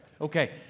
Okay